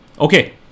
Okay